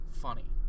funny